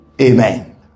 Amen